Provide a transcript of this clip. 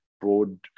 broad